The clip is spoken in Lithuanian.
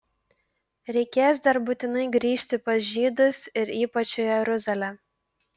reikės dar būtinai grįžti pas žydus ir ypač jeruzalę